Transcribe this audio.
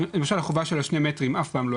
למשל החובה של שני המטרים אף פעם לא